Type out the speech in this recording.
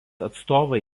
atstovai